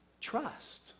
Trust